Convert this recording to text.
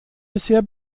bisher